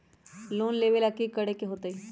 Loan लेवेला की करेके होतई?